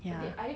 ya